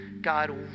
God